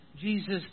Jesus